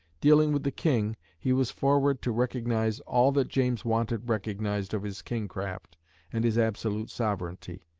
dealing with the king, he was forward to recognise all that james wanted recognised of his kingcraft and his absolute sovereignty.